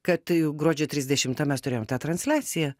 kad gruodžio trisdešimtą mes turėjom tą transliaciją